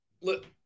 Look